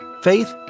Faith